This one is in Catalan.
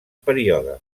període